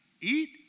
eat